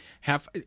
Half